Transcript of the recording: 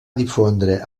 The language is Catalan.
difondre